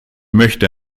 möchte